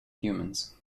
humans